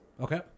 okay